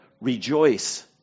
rejoice